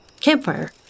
campfire